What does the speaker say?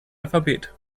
alphabet